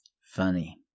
Funny